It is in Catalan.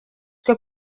que